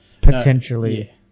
potentially